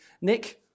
Nick